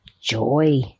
joy